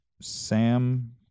Sam